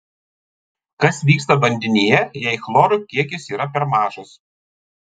kas vyksta vandenyje jei chloro kiekis yra per mažas